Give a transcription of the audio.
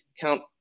count